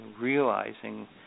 realizing